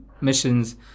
missions